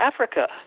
Africa